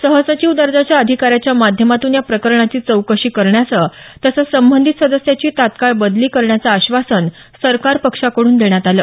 सहसचिव दर्जाच्या अधिकाऱ्याच्या माध्यमातून या प्रकरणाची चौकशी करण्याचं तसंच संबंधित सदस्याची तत्काळ बदली करण्याचं आश्वासन सरकार पक्षाकडून देण्यात आलं